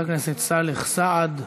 חבר הכנסת סאלח סעד,